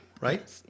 right